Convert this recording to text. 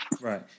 Right